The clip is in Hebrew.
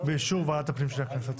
באישור ועדת הפנים של הכנסת.